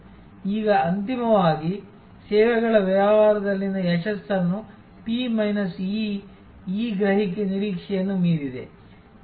ಈಗ ಅಂತಿಮವಾಗಿ ಸೇವೆಗಳ ವ್ಯವಹಾರದಲ್ಲಿನ ಯಶಸ್ಸನ್ನು p ಮೈನಸ್ ಇ ಈ ಗ್ರಹಿಕೆ ನಿರೀಕ್ಷೆಯನ್ನು ಮೀರಿದೆ